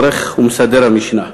עורך ומסדר המשנה.